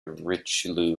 richelieu